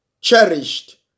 cherished